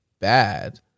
bad